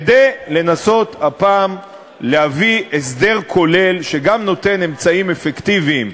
כדי לנסות הפעם להביא הסדר כולל שגם נותן אמצעים אפקטיביים: